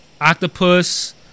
octopus